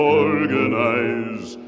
organize